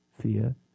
fear